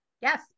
Yes